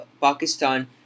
Pakistan